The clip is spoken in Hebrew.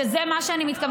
אני רק רוצה לשאול אותך